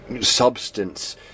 substance